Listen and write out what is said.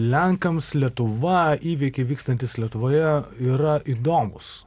lenkams lietuva įvykiai vykstantys lietuvoje yra įdomūs